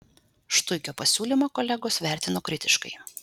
štuikio pasiūlymą kolegos vertino kritiškai